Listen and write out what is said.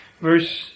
Verse